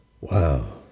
Wow